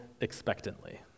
expectantly